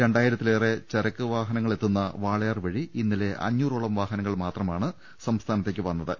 രണ്ടായിരത്തിലേറെ ചരക്ക് വാഹന ങ്ങളെത്തുന്ന വാളയാർ വഴി ഇന്നലെ അഞ്ഞൂറോളം വാഹനങ്ങൾ മാത്ര മാണ് സംസ്ഥാനത്തേക്ക് എത്തിയത്